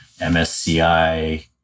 MSCI